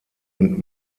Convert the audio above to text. und